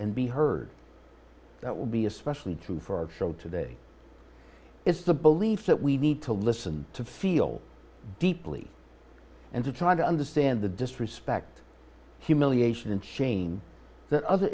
and be heard that would be especially true for our show today is the belief that we need to listen to feel deeply and to try to understand the disrespect humiliation and shame that other